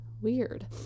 Weird